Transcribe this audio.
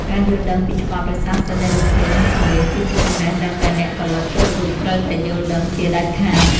ការយល់ដឹងពីច្បាប់រក្សាសិទ្ធិនៃរូបភាពនិងសំឡេងគឺជាចំណេះដឹងដែលអ្នកផលិតគ្រប់រូបត្រូវតែយល់ដឹងជាដាច់ខាត។